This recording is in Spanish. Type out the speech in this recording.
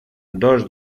dos